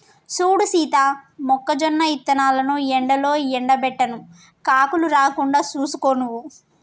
సూడు సీత మొక్కజొన్న ఇత్తనాలను ఎండలో ఎండబెట్టాను కాకులు రాకుండా సూసుకో నువ్వు